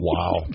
Wow